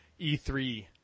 E3